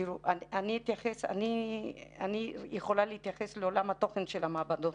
אני יכולה להתייחס לעולם התוכן של המעבדות.